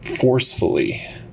forcefully